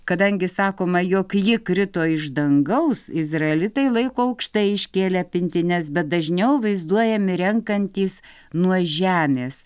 kadangi sakoma jog ji krito iš dangaus izraelitai laiko aukštai iškėlę pintines bet dažniau vaizduojami renkantys nuo žemės